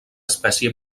espècie